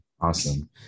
awesome